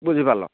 ବୁଝିପାରିଲ